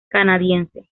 canadiense